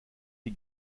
die